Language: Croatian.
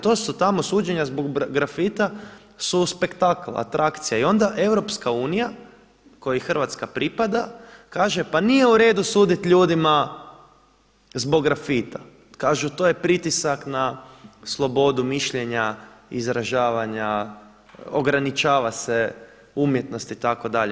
To su tamo suđenja zbog grafita su spektakl, atrakcija i onda EU kojoj Hrvatska pripada kaže pa nije uredu suditi ljudima zbog grafita, kažu to je pritisak na slobodu mišljenja, izražavanja, ograničava se umjetnost itd.